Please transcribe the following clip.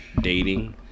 dating